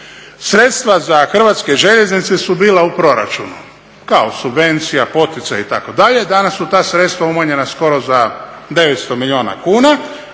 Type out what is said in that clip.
sredstva za Hrvatske željeznice su bile u proračunu kao subvencija, poticaj itd. danas su ta sredstva umanjenja skoro za 900 milijuna kuna,